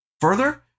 further